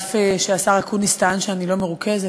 אף שהשר אקוניס טען שאני לא מרוכזת,